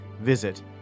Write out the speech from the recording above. Visit